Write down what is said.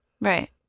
Right